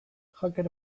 hacker